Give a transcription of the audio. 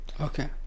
okay